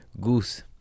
Goose